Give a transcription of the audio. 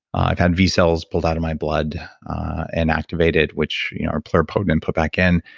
i've had v cells pulled out of my blood and activated, which are pluripotent, and put back in.